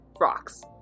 rocks